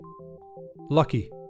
Lucky